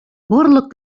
барлык